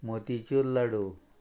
motichoor लाडू